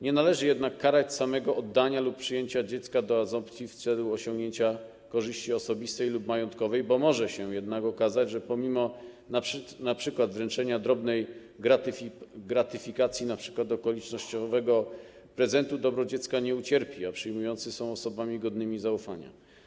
Nie należy jednak karać samego oddania lub przyjęcia dziecka do adopcji w celu osiągnięcia korzyści osobistej lub majątkowej, bo może jednak się okazać, że pomimo wręczenia drobnej gratyfikacji, np. okolicznościowego prezentu, dobro dziecka nie ucierpi, a przyjmujący są osobami godnymi zaufania.